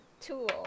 tool